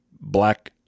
black